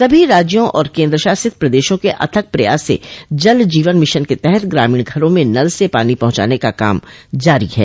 सभी राज्यों और केंद्रशासित प्रदेशों के अथक प्रयास से जल जीवन मिशन के तहत ग्रामीण घरों में नल से पानी पहुंचाने का काम जारी है